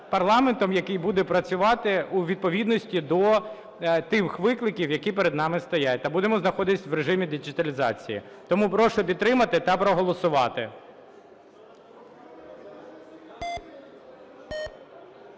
який буде працювати у відповідності до тих викликів, які перед нами стоять та будемо знаходитися в режимі діджиталізації. Тому прошу підтримати та проголосувати.